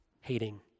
hating